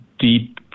deep